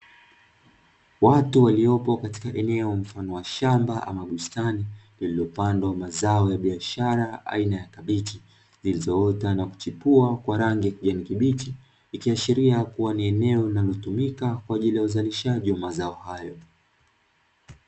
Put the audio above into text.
Watu waliopo katika eneo mfano wa shamba ama bustani, lililopandwa mazao ya biashara aina ya kabichi, zilizoota na kuchipua kwa rangi ya kijani kibichi, ikiashiria kuwa ni eneo linalotumika kwa ajili ya uzalishaji wa mazao hayo.